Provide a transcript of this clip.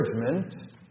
encouragement